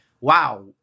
wow